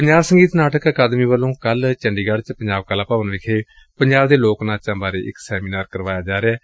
ਪੰਜਾਬ ਸੰਗੀਤ ਨਾਟਕ ਅਕਾਦਮੀ ਵੱਲੋਂ ਕੱਲੂ ਚੰਡੀਗੜ ਚ ਪੰਜਾਬ ਕਲਾ ਭਵਨ ਵਿਖੇ ਪੰਜਾਬ ਦੇ ਲੋਕ ਨਾਚਾਂ ਬਾਰੇ ਇਕ ਸੈਮੀਨਾਰ ਕਰਵਾਇਆ ਜਾ ਰਿਹੈ